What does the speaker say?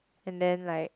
and then like